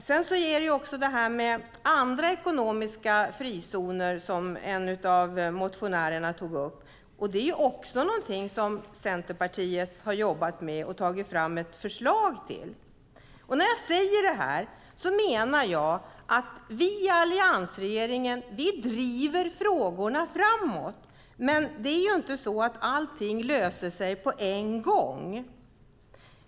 Sedan har vi även de andra ekonomiska frizonerna, som en av motionärerna tog upp. Också det har Centerpartiet jobbat med och tagit fram ett förslag till. När jag säger det här menar jag att vi i Alliansen driver frågorna framåt. Men det är inte så att allting löser sig på en gång.